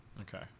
okay